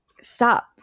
Stop